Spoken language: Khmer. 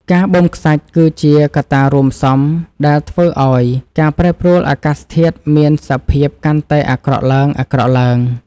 ការបូមខ្សាច់គឺជាកត្តារួមផ្សំដែលធ្វើឱ្យការប្រែប្រួលអាកាសធាតុមានសភាពកាន់តែអាក្រក់ឡើងៗ។